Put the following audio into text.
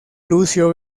lucio